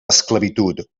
esclavitud